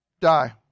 Die